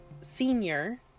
senior